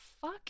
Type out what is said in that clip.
fuck